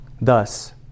Thus